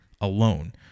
alone